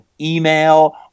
email